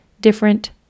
different